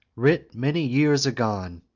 writ many years agone,